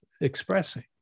expressing